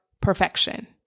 perfection